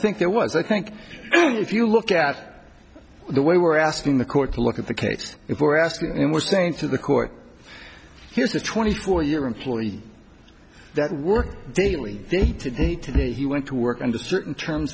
think there was i think if you look at the way we're asking the court to look at the case if we're asking and we're saying to the court here's the twenty four year employees that work daily today today he went to work under certain terms